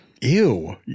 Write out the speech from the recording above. Ew